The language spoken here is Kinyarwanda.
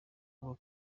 kuba